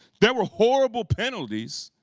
there were horrible penalties